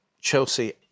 Chelsea